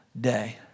day